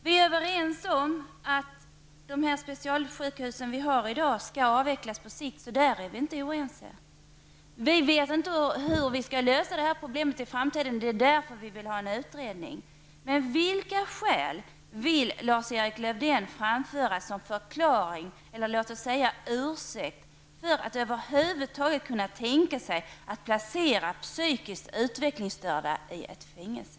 Vi är överens om att de här specialsjukhusen som vi har i dag skall avvecklas på sikt. Vi vet inte hur vi skall lösa detta problem i framtiden, och det är därför som vi vill ha en utredning. Men vilka skäl vill Lars-Erik Lövdén anföra som förklaring -- eller låt oss säga ursäkt för att över huvud taget kunna tänka sig att placera psykiskt utvecklingsstörda i ett fängelse?